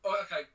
okay